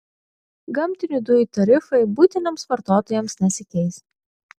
gamtinių dujų tarifai buitiniams vartotojams nesikeis